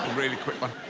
really quick one